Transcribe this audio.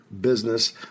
business